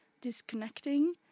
disconnecting